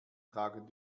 tragen